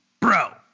bro